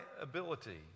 ability